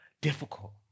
difficult